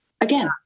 again